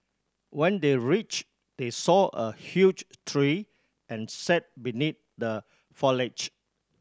when they reach they saw a huge tree and sat beneath the foliage